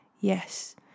Yes